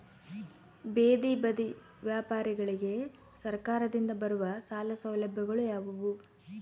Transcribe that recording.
ಬೇದಿ ಬದಿ ವ್ಯಾಪಾರಗಳಿಗೆ ಸರಕಾರದಿಂದ ಬರುವ ಸಾಲ ಸೌಲಭ್ಯಗಳು ಯಾವುವು?